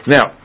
Now